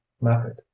method